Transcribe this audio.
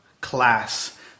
class